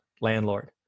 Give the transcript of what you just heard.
landlord